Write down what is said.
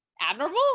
admirable